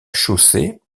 chaussée